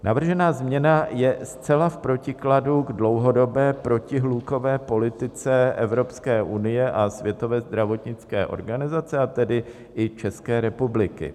Navržená změna je zcela v protikladu k dlouhodobé protihlukové politice Evropské unie a Světové zdravotnické organizace, a tedy i České republiky.